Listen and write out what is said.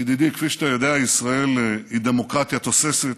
ידידי, כפי שאתה יודע, ישראל היא דמוקרטיה תוססת.